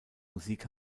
musik